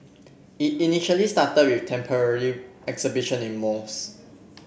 it initially started with temporary exhibitions in malls